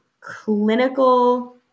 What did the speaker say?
clinical